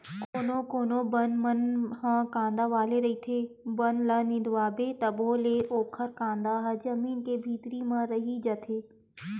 कोनो कोनो बन मन ह कांदा वाला रहिथे, बन ल निंदवाबे तभो ले ओखर कांदा ह जमीन के भीतरी म रहि जाथे